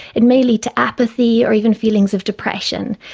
it may lead to apathy or even feelings of depression.